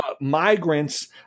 migrants